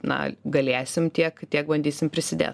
na galėsim tiek tiek bandysim prisidėt